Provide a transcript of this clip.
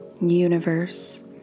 universe